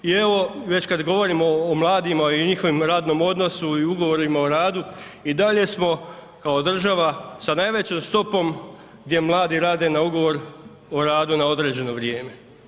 I evo već kad govorimo o mladima i njihovom radnom odnosu i ugovorima o radu i dalje smo kao država sa najvećom stopom gdje mladi rade na ugovor o radu na određeno vrijeme.